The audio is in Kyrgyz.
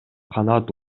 канат